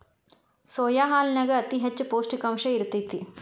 soya ಹಾಲನ್ಯಾಗ ಅತಿ ಹೆಚ್ಚ ಪೌಷ್ಟಿಕಾಂಶ ಇರ್ತೇತಿ